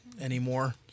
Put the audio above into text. anymore